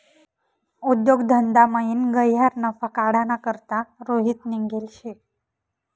उद्योग धंदामयीन गह्यरा नफा काढाना करता रोहित निंघेल शे